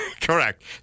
Correct